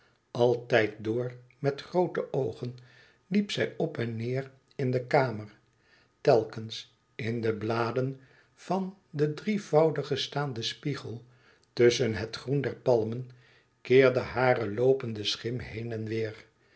altijd door met groote oogen liep zij op en neêr in de kamer telkens in de bladen van den drievoudigen staanden spiegel tusschen het groen der palmen keerde hare loopende schim heen en weêr